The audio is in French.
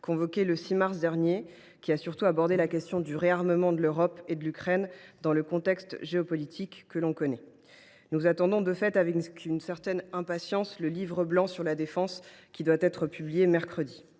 convoqué le 6 mars dernier, qui a surtout été l’occasion d’aborder la question du réarmement de l’Europe et de l’Ukraine dans le contexte géopolitique que l’on connaît. De fait, nous attendons avec une certaine impatience le livre blanc sur la défense qui doit être publié mercredi.